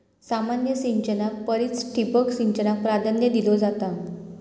सामान्य सिंचना परिस ठिबक सिंचनाक प्राधान्य दिलो जाता